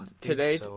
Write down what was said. today